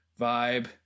vibe